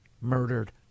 murdered